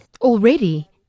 Already